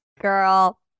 Girl